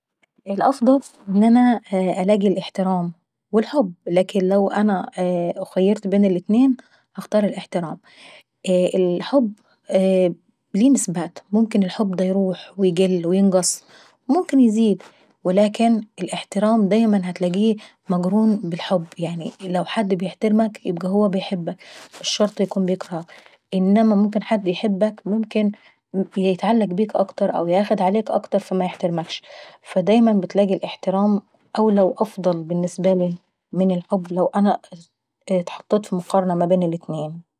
الأفضل ان انا نلاقي الاحترام. والحب. لكن لو انا خيروني بين الاتنين انا هنختار الاحترام. الحب ليه نسبات، ممكن يروح، يقل، يزيد، ولكن الاحترام دايما هتلاقيه مقرون بالحب يعني لو حد بيحترمك يبقى هو بيحبك مش شرط يكون بيكرهك. انما ممكن حد يحبك ممكن يتعلق بيك اكتر او ياخد عليك اكتر فميحترمكش. فديما تلاقي الاحترام اولى وافضل من الحب لو انا اتحطيت في مقارنة بين الاتنين.